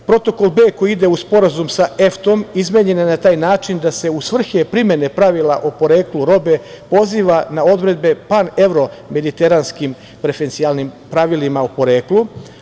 Protokol B koji ide uz Sporazum sa EFTA-om izmenjen je na taj način da se u svrhe primene pravila o poreklu robe poziva na odredbe pan-evro-mediteranskim preferencijalnim pravilima o poreklu.